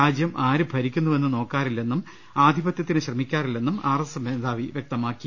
രാജ്യം ആരു ഭരിക്കുന്നുപ്പെന്ന് നോക്കാറില്ലെന്നും ആധിപത്യത്തിന് ശ്രമിക്കാറില്ലെന്നും ആർഎസ്എസ് മേധാവി വൃക്തമാക്കി